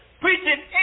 preaching